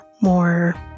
more